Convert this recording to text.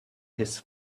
his